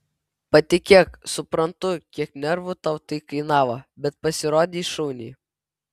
patikėk suprantu kiek nervų tau tai kainavo bet pasirodei šauniai